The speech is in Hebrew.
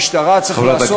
במשטרה צריך לעשות,